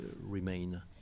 remain